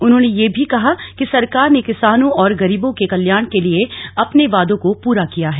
उन्होंने यह भी कहा कि सरकार ने किसानों और गरीबों के कल्याण के लिए अपने वादों को पूरा किया है